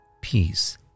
peace